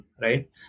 Right